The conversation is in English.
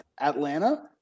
Atlanta